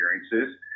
experiences